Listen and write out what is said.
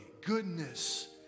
goodness